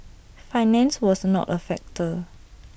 finance was not A factor